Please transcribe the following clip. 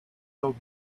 dog